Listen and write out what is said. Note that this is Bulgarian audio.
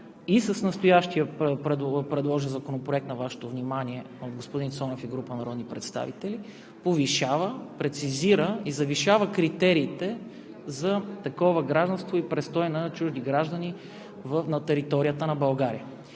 и с настоящия предложен на Вашето внимание Законопроект от господин Цонев и група народни представители повишава, прецизира и завишава критериите за такова гражданство и престой на чужди граждани на територията на България,